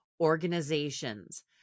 organizations